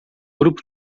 grupo